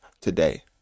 today